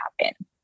happen